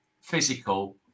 physical